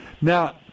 Now